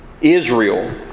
Israel